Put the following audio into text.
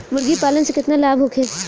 मुर्गीपालन से केतना लाभ होखे?